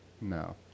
no